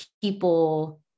people